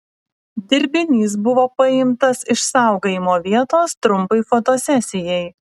dirbinys buvo paimtas iš saugojimo vietos trumpai fotosesijai